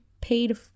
paid